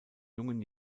jungen